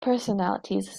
personalities